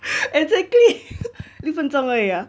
exactly 六分钟而已啊